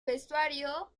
vestuario